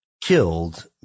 killed